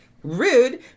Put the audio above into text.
Rude